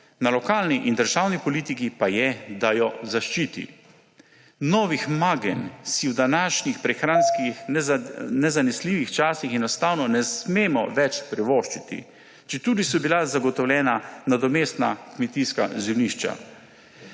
Na lokalni in državni politiki pa je, da jo zaščiti. Novih magen si v današnjih prehranskih nezanesljivih časih enostavno ne smemo več privoščiti, četudi so bila zagotovljena nadomestna kmetijska zemljišča.